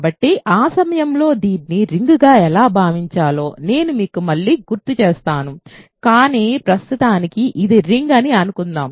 కాబట్టి ఆ సమయంలో దీన్ని రింగ్గా ఎలా భావించాలో నేను మీకు మళ్లీ గుర్తు చేస్తాను కానీ ప్రస్తుతానికి ఇది రింగ్ అని అనుకుందాం